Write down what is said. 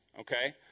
okay